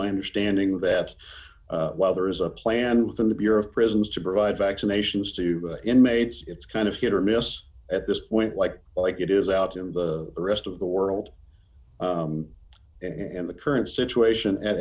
my understanding that while there is a plan within the bureau of prisons to provide vaccinations to inmates it's kind of hit or miss at this point like like it is out in the rest of the world and the current situation a